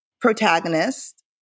protagonist